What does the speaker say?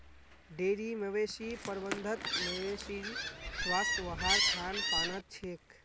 dairy मवेशी प्रबंधत मवेशीर स्वास्थ वहार खान पानत छेक